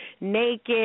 naked